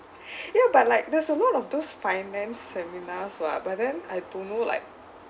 ya but like there's a lot of those finance seminars [what] but then I don't know like